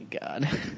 God